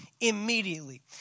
immediately